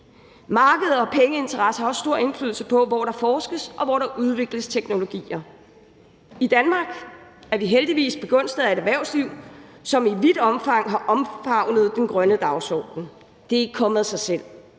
Markedet og pengeinteresser har også stor indflydelse på, hvor der forskes, og hvor der udvikles teknologier. I Danmark er vi heldigvis begunstiget af et erhvervsliv, som i vidt omfang har omfavnet den grønne dagsorden. Det er ikke kommet af sig selv.